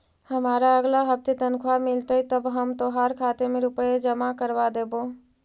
हमारा अगला हफ्ते तनख्वाह मिलतई तब हम तोहार खाते में रुपए जमा करवा देबो